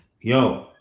yo